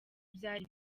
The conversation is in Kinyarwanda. byari